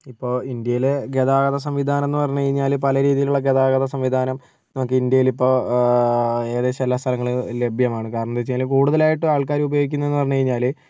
ഇപ്പോൾ ഇന്ത്യയിലെ ഗതാഗത സംവിധാനം എന്നു പറഞ്ഞു കഴിഞ്ഞാല് പല രീതിയിലുള്ള ഗതാഗതം സംവിധാനം നമുക്ക് ഇന്ത്യയിലിപ്പോൾ ഏകദേശം എല്ലാ സ്ഥലങ്ങളില് ലഭ്യമാണ് കാരണം എന്താണെന്ന് വെച്ചാല് കൂടുതലായിട്ടും ആള്ക്കാർ ഉപയോഗിക്കുന്നു എന്ന് പറഞ്ഞു കഴിഞ്ഞാൽ